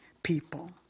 People